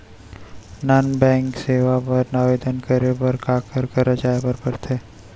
non banking सेवाएं बर आवेदन करे बर काखर करा जाए बर परथे